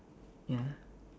ya